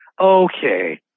okay